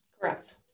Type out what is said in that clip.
Correct